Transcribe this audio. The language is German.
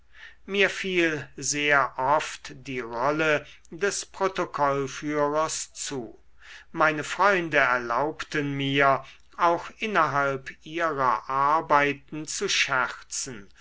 mir fiel sehr oft die rolle des protokollführers zu meine freunde erlaubten mir auch innerhalb ihrer arbeiten zu scherzen